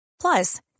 Plus